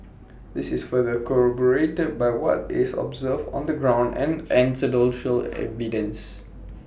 this is further corroborated by what is observed on the ground and evidence